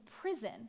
prison